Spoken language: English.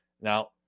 Now